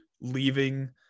leaving